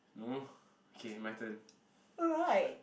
no okay my turn